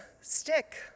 stick